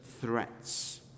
threats